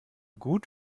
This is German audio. gut